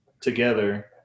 together